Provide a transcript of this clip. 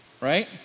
right